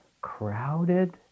crowded